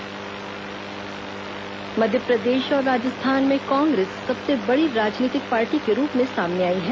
चुनाव नतीजे मध्यप्रदेश और राजस्थान में कांग्रेस सबसे बड़ी राजनीतिक पार्टी के रूप में सामने आई है